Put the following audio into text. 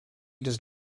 does